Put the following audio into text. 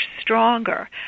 stronger